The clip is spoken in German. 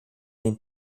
den